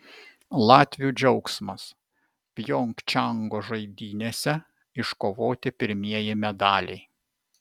latvių džiaugsmas pjongčango žaidynėse iškovoti pirmieji medaliai